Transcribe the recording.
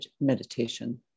meditation